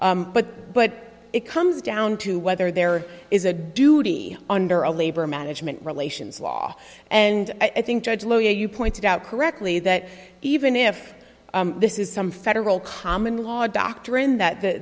but but it comes down to whether there is a duty under a labor management relations law and i think judge lou you pointed out correctly that even if this is some federal common law doctrine